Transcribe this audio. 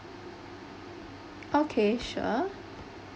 okay sure